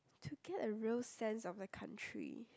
to get a real sense of the country